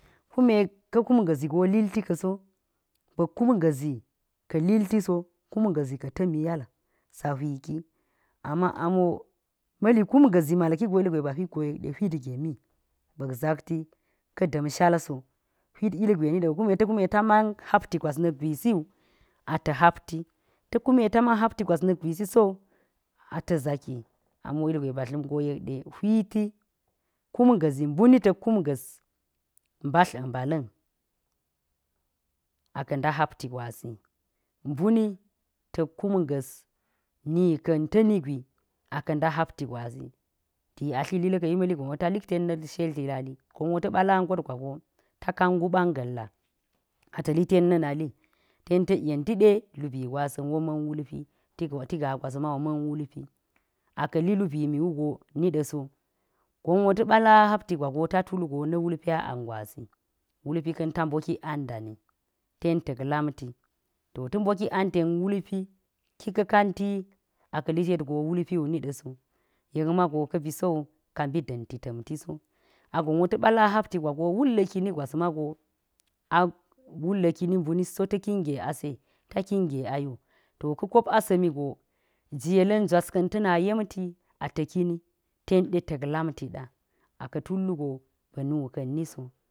Kume bak kum gwisi ki idt. Kiso kum gwisi ka̱ timi ya̱l ta whiki sa wuki amma ama̱ wo, ma̱ kum ga̱si go ba̱k zak ti ki dlamshal so. Whit gemi, ta ma̱n hapti gwas na̱ gisiwu ata̱ hapti ti kume ta ma̱n hapti gwas na̱ gwisi sau̱ a ta zaki ammo ilgwe ba dlam go tet ɗe whiti kum gwisi buni tak kom gwazi ba̱lt, mbalam a̱ ka̱ da hapti gwasi buni tik kum gwisi na̱ ka̱n tani gwi aka da hapti gwasi ɗi atli la̱n ka̱ yi na̱ shalti lali gon wo ati tli a tla got gwas na̱ gupan ginla a ki litte na̱ na li a ka yente lubi gwas wo mun wulpi ta̱ gaa gwaso mun wulpi aka̱ li lubimi wu go na ɗe so gowon ta̱ pa la hapti go ta tul go na̱ wulpi a a̱n gwasi wulpi ka̱n ta pokin an dani don ti lamti ti pokin an ta̱n wulpi a ka̱ ka̱n ti akali tet go wulpi wuni de so to gumago ka̱ biso so ka̱ mbi da̱nti tantiso a gonwo taba la hapti go wulla̱ kini gwas mago a wulta̱ kini mbunit so ta̱ kinge ase ata kinge ayo to ka̱ kop asa̱mi go ji yellan jwas ka̱n tena yemti ata kini tenɗe tak lamti da a ka̱ tella go nuka̱n niso.